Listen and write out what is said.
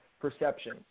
perception